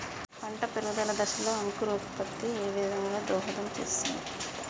పంట పెరుగుదల దశలో అంకురోత్ఫత్తి ఏ విధంగా దోహదం చేస్తుంది?